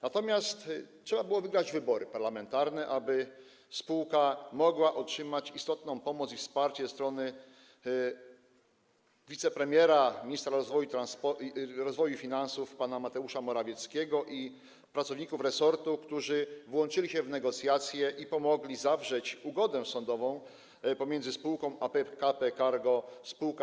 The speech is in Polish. Natomiast trzeba było wygrać wybory parlamentarne, aby spółka mogła otrzymać istotną pomoc i wsparcie ze strony wicepremiera, ministra rozwoju i finansów pana Mateusza Morawieckiego i pracowników resortu, którzy włączyli się w negocjacje i pomogli zawrzeć ugodę sądową pomiędzy spółką a PKP Cargo SA.